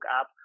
app